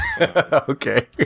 Okay